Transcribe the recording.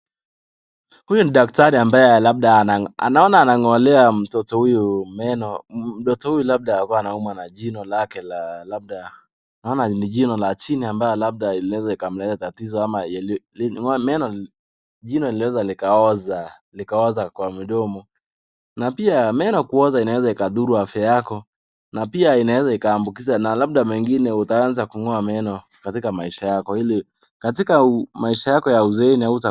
Huyu ni daktari ambaye labda ana anaona anang'olea mtoto huyu meno. Mtoto huyu labda alikuwa anaumwa na jino lake la labda. Naona ni jino la chini ambalo labda linaweza ikamletea tatizo ama meno jino linaweza likaoza likaoza kwa midomo. Na pia meno kuoza inaweza ikadhuru afya yako. Na pia inaweza ikaambukiza na labda mengine utaanza kung'oa meno katika maisha yako ili katika maisha yako ya uzeeni.